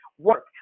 Work